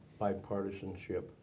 bipartisanship